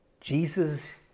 Jesus